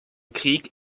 krieg